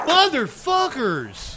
Motherfuckers